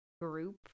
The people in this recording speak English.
group